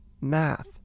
math